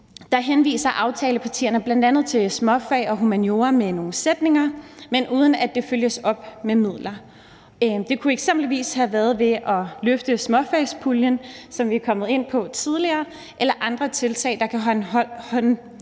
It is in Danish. dag henviser aftalepartierne bl.a. til småfag og humaniora med nogle sætninger, men uden at det følges op med midler. Det kunne eksempelvis have været gjort ved at løfte småfagspuljen, som vi kom ind på tidligere, eller ved andre tiltag, der kan holde